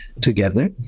together